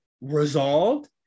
resolved